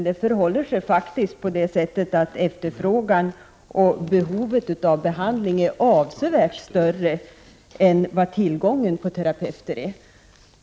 Det förhåller sig faktiskt så, att efterfrågan på terapeuter och behovet av behandling är avsevärt större än tillgången på terapeuter.